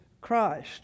Christ